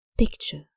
Picture